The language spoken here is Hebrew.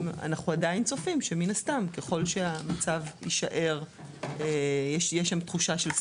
אנחנו עדיין צופים שככל שהמצב יישאר בסטרס כמו התחושה שיש שם,